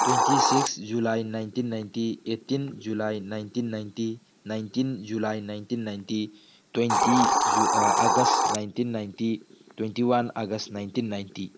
twenty six July nineteen ninety eighteen July nineteen ninety nineteen July nineteen ninety twenty August nineteen ninety twenty one August nineteen ninety